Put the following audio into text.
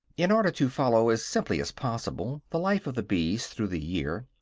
in order to follow, as simply as possible, the life of the bees through the year,